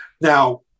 Now